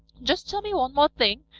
just tell me one more thing,